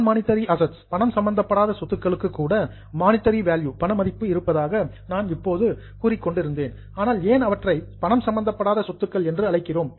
நான் monetary assets பணம் சம்பந்தப்படாத சொத்துக்களுக்கு கூட மானிட்டரி வேல்யூ பண மதிப்பு இருப்பதாக நான் இப்போதுதான் கூறிக் கொண்டு இருந்தேன் ஆனால் ஏன் அவற்றை பணம் சம்பந்தப்படாத சொத்துக்கள் என்று அழைக்கிறோம்